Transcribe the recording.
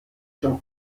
schon